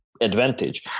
advantage